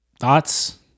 Thoughts